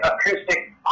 acoustic